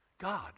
God